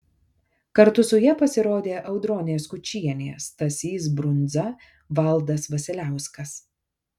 kartu su ja pasirodė audronė skučienė stasys brundza valdas vasiliauskas